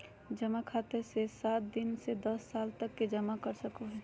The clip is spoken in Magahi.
जमा खाते मे सात दिन से दस साल तक जमा कर सको हइ